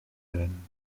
werden